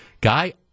Guy